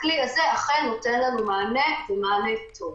הכלי הזה אכן נותן לנו מענה ומענה טוב.